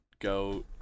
go